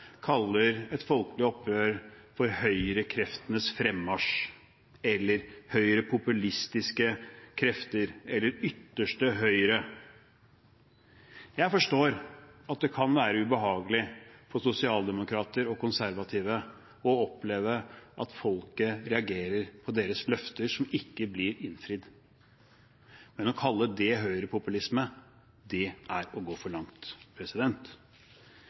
kaller et folkelig opprør for høyrekreftenes fremmarsj eller høyrepopulistiske krefter eller ytterste høyre. Jeg forstår at det kan være ubehagelig for sosialdemokrater og konservative å oppleve at folket reagerer på deres løfter som ikke blir innfridd, men å kalle det høyrepopulisme, det er å gå for langt.